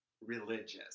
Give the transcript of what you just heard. religious